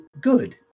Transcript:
good